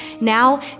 Now